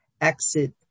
exit